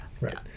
Right